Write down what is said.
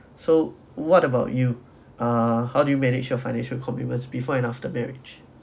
so what about you ah how do you manage your financial commitments before and after marriage